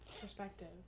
perspective